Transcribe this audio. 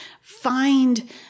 find